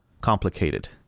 complicated